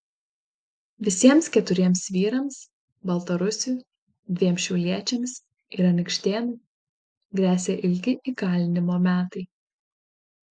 visiems keturiems vyrams baltarusiui dviem šiauliečiams ir anykštėnui gresia ilgi įkalinimo metai